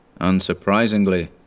Unsurprisingly